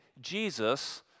Jesus